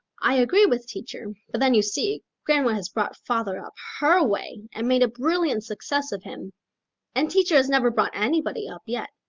i agree with teacher. but then, you see, grandma has brought father up her way and made a brilliant success of him and teacher has never brought anybody up yet,